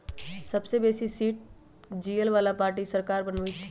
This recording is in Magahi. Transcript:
सबसे बेशी सीट जीतय बला पार्टी सरकार बनबइ छइ